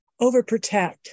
overprotect